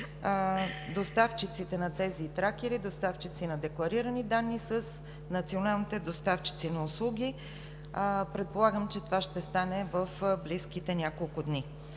доставчиците на тези тракери, доставчици на декларирани данни с националните доставчици на услуги. Предполагам, че това ще стане в близките няколко дни.